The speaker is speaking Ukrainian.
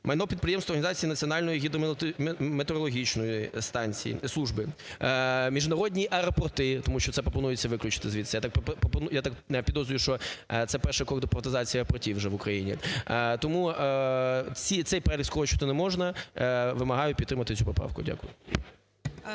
майно підприємств, організацій Національної гідрометеорологічної служби, міжнародні аеропорти, тому що це пропонується виключити звідси. Я так підозрюю, що це перша приватизація аеропортів вже в Україні. Тому цей перелік скорочувати не можна, вимагаю підтримати цю поправку. Дякую.